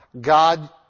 God